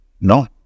No